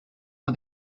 for